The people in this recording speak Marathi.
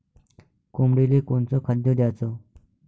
कोंबडीले कोनच खाद्य द्याच?